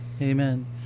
Amen